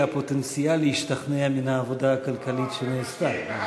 הפוטנציאלי השתכנע מן העבודה הכלכלית שנעשתה.